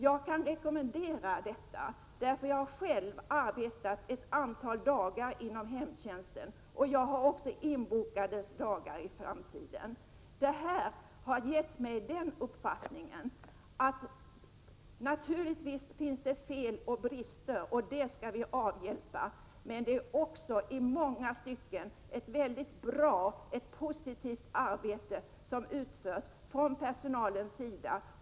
Jag kan rekommendera detta. Jag har själv arbetat ett antal dagar inom hemtjänsten, och jag har också dagar inbokade i framtiden. Detta har gett mig den uppfattningen att det naturligtvis finns fel och brister, som vi självfallet skall avhjälpa, men att det i många stycken är ett mycket bra och positivt arbete som utförs från personalens sida.